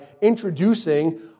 introducing